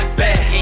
bad